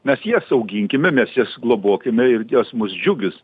mes jas auginkime mes jas globokime ir jos mus džiugis